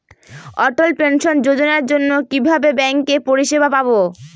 অটল pension যোজনার জন্য কিভাবে ব্যাঙ্কে পরিষেবা পাবো?